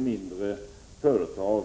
mindre företag.